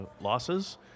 losses